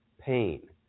pain